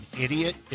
idiot